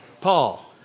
Paul